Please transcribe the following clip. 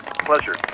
pleasure